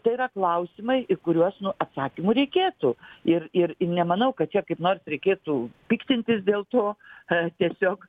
tai yra klausimai į kuriuos nu atsakymų reikėtų ir ir nemanau kad čia kaip nors reikėtų piktintis dėl to ar tiesiog